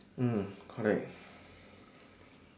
mm correct